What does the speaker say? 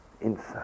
inside